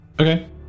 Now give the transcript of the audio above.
Okay